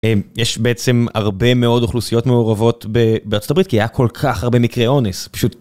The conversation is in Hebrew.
יש בעצם הרבה מאוד אוכלוסיות מעורבות בארצות הברית כי היה כל כך הרבה מקרי אונס, פשוט